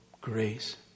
grace